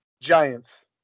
Giants